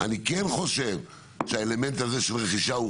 אני כן חושב שהאלמנט הזה של רכישה הוא